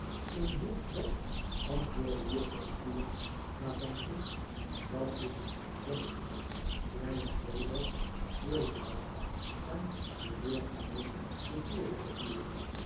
in brook's bed antwoordde juffrouw squeers nadenkend dat is jennings kleine bolder graymarsh en hoe weerga heet de vierde ook weer